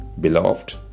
Beloved